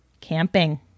camping